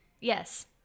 yes